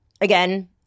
Again